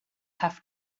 have